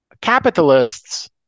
Capitalists